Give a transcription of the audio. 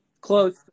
Close